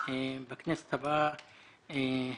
בכנסת הבאה,